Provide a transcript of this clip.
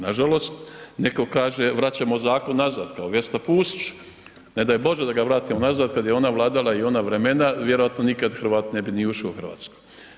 Nažalost, netko kaže vraćamo zakon nazad kao Vesna Pusić, ne daj bože da ga vratimo nazad kad je ona vladala i ona vremena, vjerojatno nikad Hrvat ne bi ni ušao u Hrvatsku.